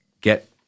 get